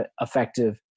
effective